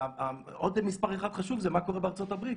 עוד מספר אחד חשוב זה מה קורה בארצות הברית,